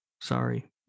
Sorry